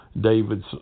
David's